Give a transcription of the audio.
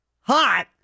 hot